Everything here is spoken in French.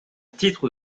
titre